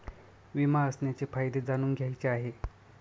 विमा असण्याचे फायदे जाणून घ्यायचे आहे